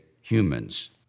humans